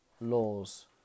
laws